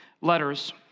letters